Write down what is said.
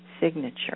signature